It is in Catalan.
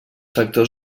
factors